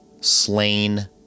slain